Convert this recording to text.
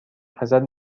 ازت